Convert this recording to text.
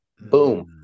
Boom